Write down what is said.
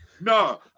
No